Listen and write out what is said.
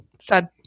sad